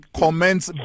comments